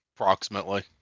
Approximately